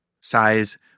size